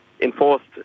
enforced